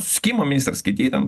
susisiekimo ministras kiti ten